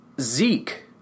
Zeke